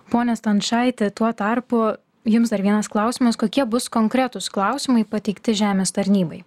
pone stončaiti tuo tarpu jums dar vienas klausimas kokie bus konkretūs klausimai pateikti žemės tarnybai